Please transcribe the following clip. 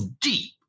deep